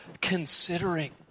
considering